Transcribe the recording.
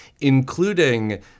including